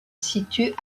situe